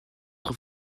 trop